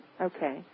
Okay